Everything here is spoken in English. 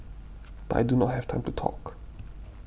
but I do not have time to talk